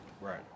Right